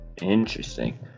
Interesting